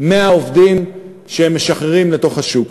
100 עובדים שהם משחררים לתוך השוק.